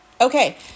okay